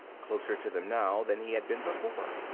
closer to them now than he had been before.